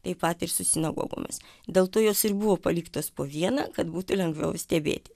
taip pat ir su sinagogomis dėl to jos ir buvo paliktos po viena kad būtų lengviau stebėti